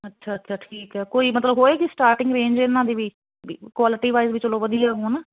ਅੱਛਾ ਅੱਛਾ ਠੀਕ ਹੈ ਕੋਈ ਮਤਲਬ ਹੋਏਗੀ ਸਟਾਰਟਿੰਗ ਰੇਂਜ ਇਹਨਾਂ ਦੀ ਵੀ ਕੁਆਲਿਟੀ ਵਾਈਜ਼ ਵੀ ਚਲੋ ਵਧੀਆ ਹਨਾ